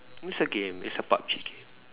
once again it's about checking